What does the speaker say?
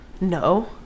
no